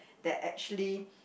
that actually